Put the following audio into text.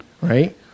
right